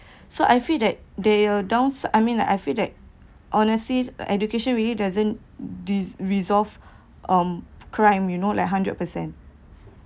so I feel that they are downs~ I mean like I feel that honestly education really doesn't dis~ resolve um crime you know like hundred percent